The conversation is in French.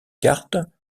cartes